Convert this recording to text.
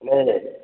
என்னங்கண்ணே